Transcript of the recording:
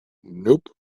nope